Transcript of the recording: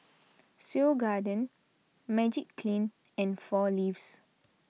Seoul Garden Magiclean and four Leaves